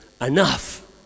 enough